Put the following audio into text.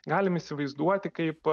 galim įsivaizduoti kaip